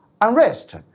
unrest